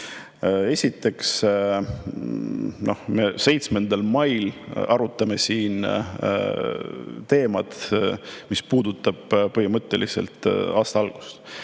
Esiteks, 7. mail me arutame siin teemat, mis puudutab põhimõtteliselt aasta algust,